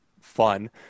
fun